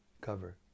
cover